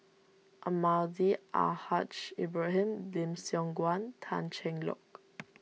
Almahdi Al Haj Ibrahim Lim Siong Guan an Cheng Lock